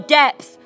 depth